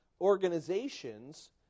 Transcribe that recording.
organizations